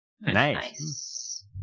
Nice